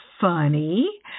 funny